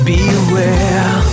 Beware